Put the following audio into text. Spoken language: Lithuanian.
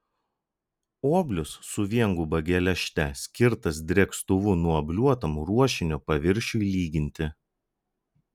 oblius su vienguba geležte skirtas drėkstuvu nuobliuotam ruošinio paviršiui lyginti